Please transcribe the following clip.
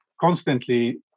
constantly